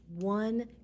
one